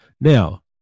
Now